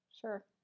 Sure